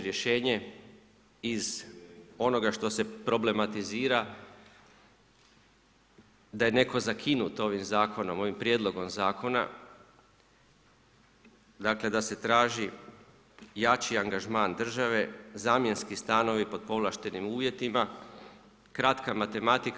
rješenje iz onoga što se problematizira da je netko zakinut ovim zakonom, ovim prijedlogom zakona, dakle da se traži jači angažman države, zamjenski stanovi po povlaštenim uvjetima, kratka matematika.